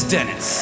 Dennis